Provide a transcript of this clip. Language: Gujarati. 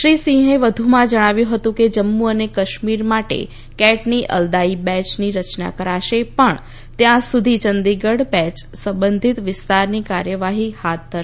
શ્રી સિંહે વધુમાં જણાવ્યું હતું કે જમ્મુ અને કાશ્મીર માટે કેટની અલાયદી બેંચની રચના કરાશે પણ ત્યાં સુધી ચંડીગઢ બેંચ સંબંધીત વિસ્તારની કાર્યવાહી હાથ ધરશે